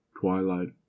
Twilight